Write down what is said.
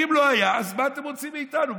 אם לא היה, אז מה אתם רוצים מאיתנו?